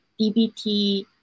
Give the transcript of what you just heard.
DBT